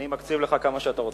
אני מקציב לך כמה שאתה רוצה.